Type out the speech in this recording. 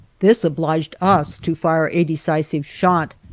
this obliged us to fire a decisive shot,